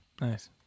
Nice